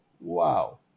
Wow